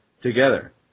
together